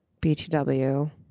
BTW